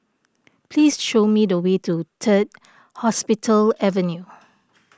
please show me the way to Third Hospital Avenue